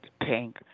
pink